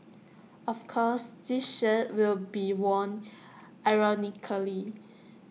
of course this shirt will be worn ironically